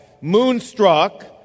Moonstruck